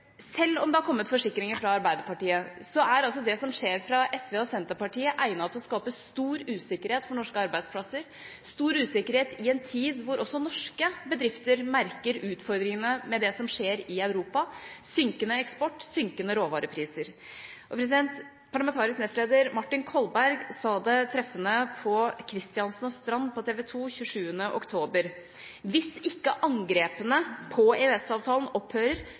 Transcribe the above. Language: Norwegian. om det har kommet forsikringer fra Arbeiderpartiet, er det som skjer fra SV og Senterpartiet, egnet til å skape stor usikkerhet for norske arbeidsplasser – stor usikkerhet i en tid hvor også norske bedrifter merker utfordringene med det som skjer i Europa: synkende eksport, synkende råvarepriser. Parlamentarisk nestleder Martin Kolberg sa det treffende på Kristiansen & Strand på TV 2 27. oktober: Hvis ikke angrepene på EØS-avtalen opphører,